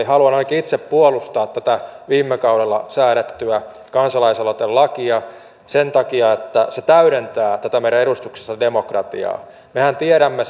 haluan ainakin itse puolustaa tätä viime kaudella säädettyä kansalaisaloitelakia sen takia että se täydentää tätä meidän edustuksellista demokratiaamme mehän tiedämme